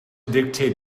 dictate